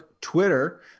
Twitter